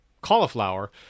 cauliflower